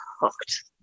hooked